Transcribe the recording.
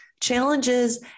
challenges